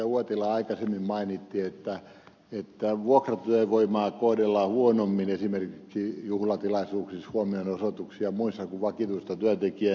uotila aikaisemmin mainitsi että vuokratyövoimaa kohdellaan huonommin esimerkiksi juhlatilaisuuksissa huomionosoituksissa ja muissa kuin vakituista työntekijää